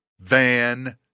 Van